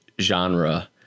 genre